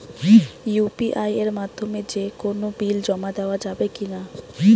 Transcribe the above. UPI এর মাধ্যমে যে কোনো বিল জমা দেওয়া যাবে কি না?